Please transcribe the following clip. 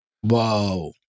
Whoa